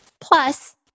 plus